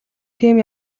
тийм